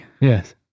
Yes